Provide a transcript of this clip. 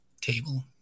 table